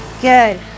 Good